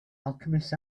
alchemist